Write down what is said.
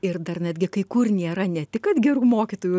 ir dar netgi kai kur nėra ne tik kad gerų mokytojų